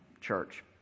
church